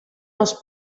els